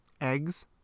Eggs